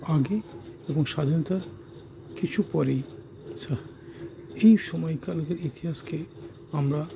আগে এবং স্বাধীনতার কিছু পরেই এই সময়কালকের ইতিহাসকে আমরা